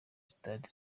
stade